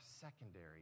secondary